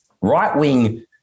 right-wing